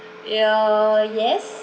yeah yes